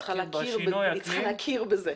--- היא צריכה להכיר בזה.